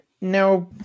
now